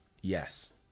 Yes